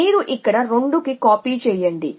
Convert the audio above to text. మీరు ఇక్కడ 2 కి కాపీ చేయండి